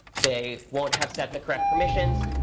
they won't have set the correct permissions.